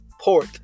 Port